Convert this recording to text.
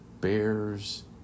bears